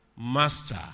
Master